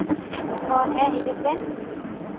ᱚ ᱦᱮᱸ ᱦᱤᱡᱩᱜ ᱵᱮᱱ